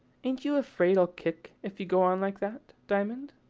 ain't you afraid i'll kick, if you go on like that, diamond?